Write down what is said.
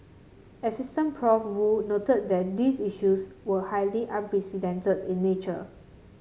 Assistant Prof Woo noted that these issues were highly unprecedented in nature